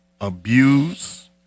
abuse